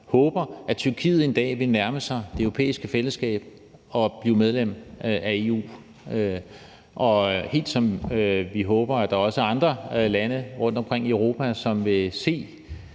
håber, at Tyrkiet en dag vil nærme sig det europæiske fællesskab og blive medlem af EU, helt ligesom vi håber, at der også er andre lande rundtomkring i Europa, som vil se